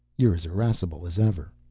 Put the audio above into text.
you're as irascible as ever.